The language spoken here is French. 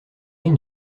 une